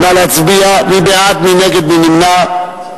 נא להצביע מי בעד, מי נגד, מי נמנע.